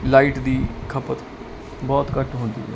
light ਦੀ ਖਪਤ ਬਹੁਤ ਘੱਟ ਹੁੰਦੀ ਹੈ